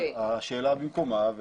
אמנם השאלה במקומה,